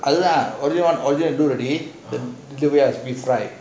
அது தான்:athu thaan original due ready you fried